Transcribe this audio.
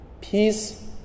peace